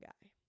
guy